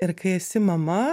ir kai esi mama